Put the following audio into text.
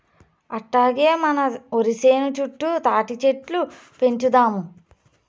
అట్టాగే మన ఒరి సేను చుట్టూ తాటిచెట్లు పెంచుదాము